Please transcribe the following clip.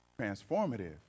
transformative